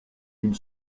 une